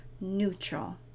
neutral